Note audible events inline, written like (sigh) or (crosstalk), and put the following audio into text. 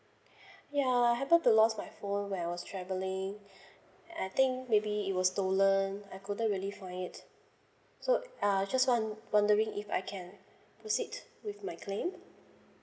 (breath) yeah happened to lost my phone when I was travelling (breath) I think maybe it was stolen I couldn't really find it so ah just won~ wondering if I can proceed with my claim